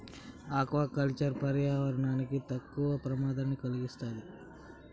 aqua culture పర్యావరణానికి తక్కువ ప్రమాదాన్ని కలిగిస్తాది